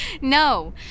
No